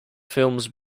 films